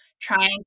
trying